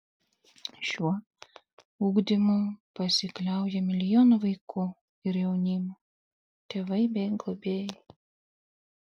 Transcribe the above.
šiuo ugdymu pasikliauja milijonų vaikų ir jaunimo tėvai bei globėjai